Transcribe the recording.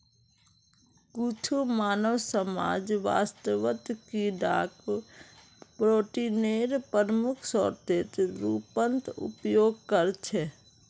कुछु मानव समाज वास्तवत कीडाक प्रोटीनेर प्रमुख स्रोतेर रूपत उपयोग करछे